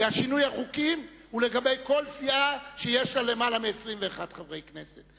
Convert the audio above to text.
כי שינוי החוקים הוא לגבי כל סיעה שיש לה יותר מ-21 חברי כנסת.